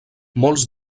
molts